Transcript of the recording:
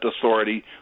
authority